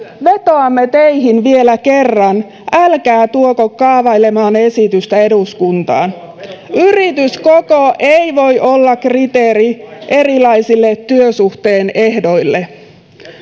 vetoamme teihin vielä kerran älkää tuoko kaavailemaanne esitystä eduskuntaan yrityskoko ei voi olla kriteeri erilaisille työsuhteen ehdoille